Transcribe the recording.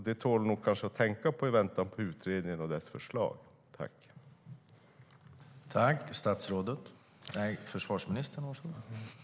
Det tål nog att tänka på i väntan på utredningen och dess förslag.